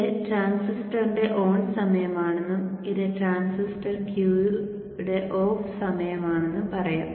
ഇത് ട്രാൻസിസ്റ്ററിന്റെ ഓൺ സമയമാണെന്നും ഇത് ട്രാൻസിസ്റ്റർ Q യുടെ ഓഫ് സമയമാണെന്നും പറയാം